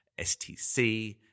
STC